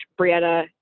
Brianna